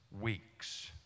weeks